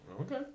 Okay